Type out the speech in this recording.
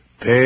Pay